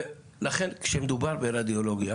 לכן, כשמדובר ברדיולוגיה